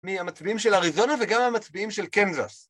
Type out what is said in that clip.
מהמצביעים של אריזונה וגם המצביעים של קנזס.